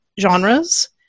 genres